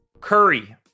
Curry